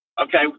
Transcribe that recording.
Okay